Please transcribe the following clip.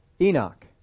Enoch